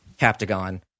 Captagon